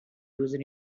user